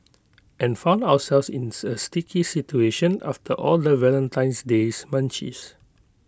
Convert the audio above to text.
and found ourselves in A sticky situation after all the Valentine's days munchies